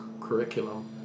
curriculum